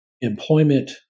employment